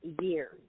years